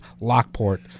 Lockport